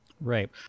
Right